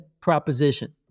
proposition